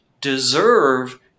deserve